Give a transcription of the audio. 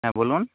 হ্যাঁ বলুন